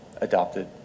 adopted